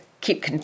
keep